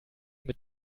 mit